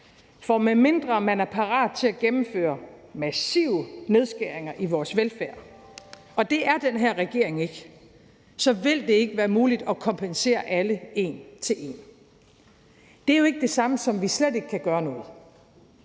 For medmindre man er parat til at gennemføre massive nedskæringer i vores velfærd – og det er den her regering ikke – vil det ikke være muligt at kompensere alle en til en. Det er jo ikke det samme, som at vi slet intet kan gøre.